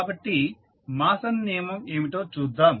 కాబట్టి మాసన్ నియమం ఏమిటో చూద్దాం